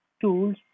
tools